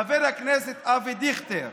חבר הכנסת אבי דיכטר,